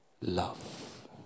love